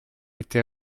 été